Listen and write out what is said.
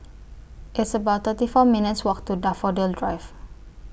It's about thirty four minutes Walk to Daffodil Drive